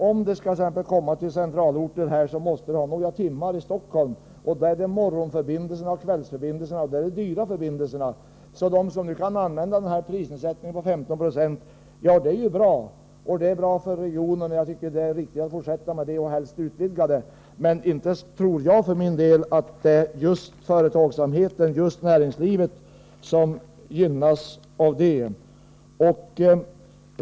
Om deras anställda skall komma t.ex. till Stockholm, måste de ha några timmar till sitt förfogande här. Och då måste de utnyttja morgonoch kvällsförbindelserna. Men dessa är de dyra förbindelserna. Det är i och för sig bra att vissa priser är nedsatta med 15 926. Det är bra för regionen, och detta system bör fortsätta och helst utvecklas — men jag för min del tror inte att det är just företag och näringsliv som gynnas av dessa låga priser.